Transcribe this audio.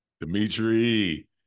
Dimitri